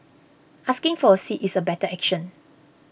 asking for a seat is a better action